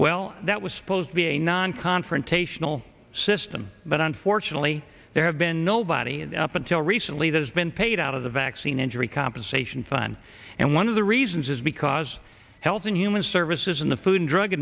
well that was supposed to be a non confrontational system but unfortunately there have been nobody up until recently there's been paid out of the vaccine injury compensation fund and one of the reasons is because health and human services in the food and drug